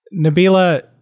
Nabila